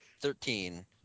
Thirteen